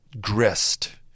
grist